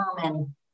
determine